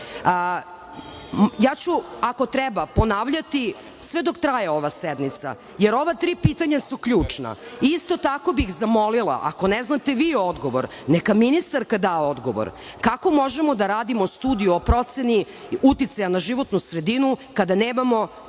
ja ću ponavljati sve dok traje ova sednica, jer ova tri pitanja su ključna. Isto tako bih zamolila, ako ne znate vi odgovor, neka ministarka da odgovor kako možemo da radimo studiju o proceni uticaja na životnu sredinu kada nemamo